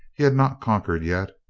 he had not conquered yet.